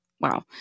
Wow